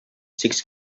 six